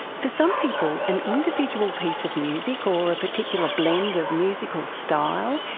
for some people an individual piece of music or a particular blend of musical style,